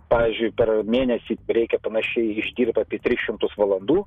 pavyzdžiui per mėnesį reikia panašiai išdirbt apie tris šimtus valandų